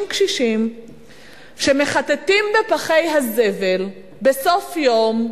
קשישים שמחטטים בפחי הזבל בסוף יום,